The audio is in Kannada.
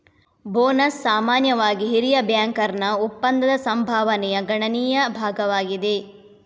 ಬೋನಸ್ ಸಾಮಾನ್ಯವಾಗಿ ಹಿರಿಯ ಬ್ಯಾಂಕರ್ನ ಒಪ್ಪಂದದ ಸಂಭಾವನೆಯ ಗಣನೀಯ ಭಾಗವಾಗಿದೆ